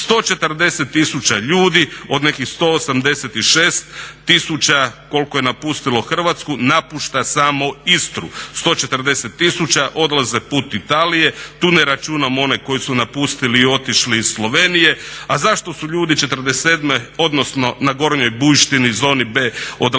140 tisuća ljudi od nekih 186 tisuća koliko je napustilo Hrvatsku napušta samo Istru. 140 tisuća odlaze put Italije, tu ne računam one koji su napustili i otišli iz Slovenije. A zašto su ljudi '47. odnosno na Gornjoj Bujštini zoni B odlazili